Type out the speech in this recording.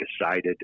decided